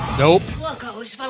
nope